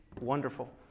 wonderful